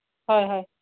হয় হয়